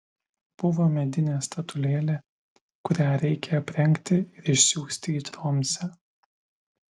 buvo medinė statulėlė kurią reikia aprengti ir išsiųsti į tromsę